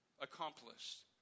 accomplished